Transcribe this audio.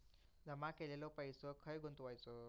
जमा केलेलो पैसो खय गुंतवायचो?